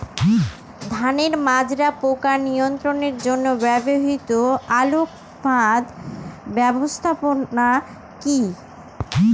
ধানের মাজরা পোকা নিয়ন্ত্রণের জন্য ব্যবহৃত আলোক ফাঁদ ব্যবস্থাপনা কি?